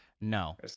No